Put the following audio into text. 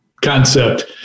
concept